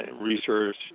research